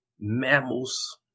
mammals